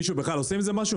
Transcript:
מישהו בכלל עושה עם זה משהו?